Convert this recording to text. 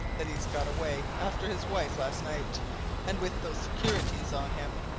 that he got away after his wife last night and with those securities on him!